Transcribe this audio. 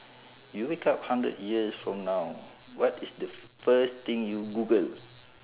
you wake up hundred years from now what is the first thing you google